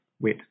wet